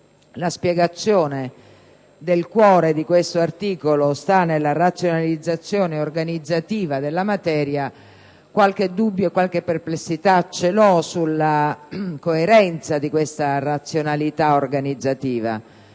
la spiegazione del cuore di questo articolo sta nella razionalizzazione organizzativa della materia, qualche dubbio e qualche perplessità ce l'ho sulla coerenza di questa razionalità organizzativa.